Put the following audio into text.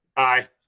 aye.